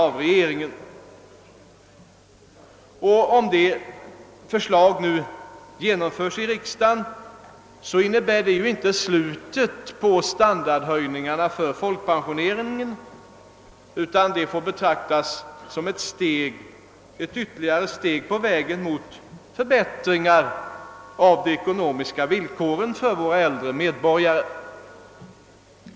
Om detta förslag genomföres av riksdagen innebär det inte slutet på standardhöjningarna för folkpensionärerna utan det får betraktas som ytterligare ett steg på vägen mot förbättringar av de ekonomiska villkoren för de äldre medborgarna.